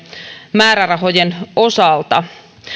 määrärahojen osalta